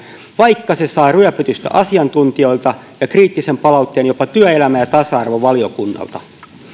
vaikka se sai ryöpytystä asiantuntijoilta ja kriittisen palautteen jopa työelämä ja tasa arvovaliokunnalta käytännössä